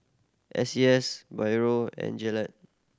S C S Biore and Gillette